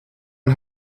and